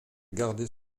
gardait